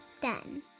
done